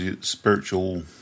spiritual